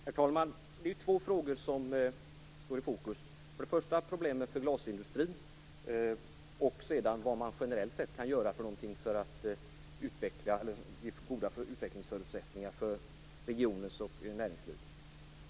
Herr talman! Två frågor står i fokus, för det första problemet för glasindustrin och för det andra vad man generellt kan göra för att utveckla goda förutsättningar för regionen och näringslivet.